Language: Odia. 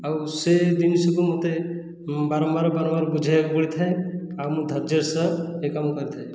ଆଉ ସେ ଜିନିଷକୁ ମୋତେ ବାରମ୍ବାର ବାରମ୍ବାର ବୁଝାଇବାକୁ ପଡ଼ିଥାଏ ଆଉ ମୁଁ ଧର୍ଯ୍ୟର ସହ ଏ କାମ କରିଥାଏ